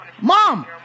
Mom